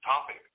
topic